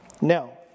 Now